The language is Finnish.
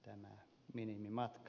arvoisa puhemies